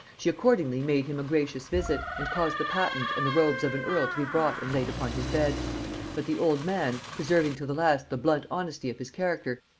she accordingly made him a gracious visit, and caused the patent and the robes of an earl to be brought and laid upon his bed but the old man, preserving to the last the blunt honesty of his character,